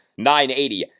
980